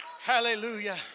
Hallelujah